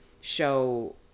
show